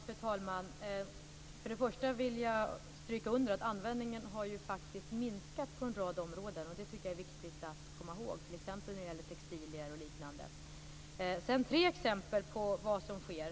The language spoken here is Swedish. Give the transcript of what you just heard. Fru talman! Först vill jag stryka under att användningen faktiskt har minskat på en rad områden, t.ex. när det gäller textilier och liknande. Det tycker jag är viktigt att komma ihåg.